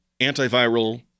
antiviral